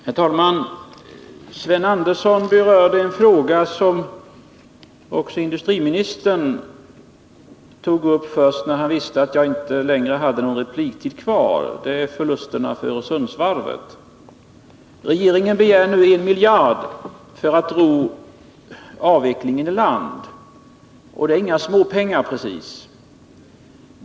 Herr talman! Sven Andersson berörde en fråga som också industriministern tog upp, dock först när han visste att jag inte längre hade någon repliktid kvar, nämligen frågan om förlusterna för Öresundsvarvet. Regeringen begär nu 1 miljard kronor för att ro avvecklingen i land. Det är inga småpengar precis.